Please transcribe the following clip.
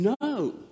No